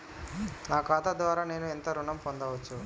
నా ఖాతా ద్వారా నేను ఎంత ఋణం పొందచ్చు?